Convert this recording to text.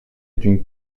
d’une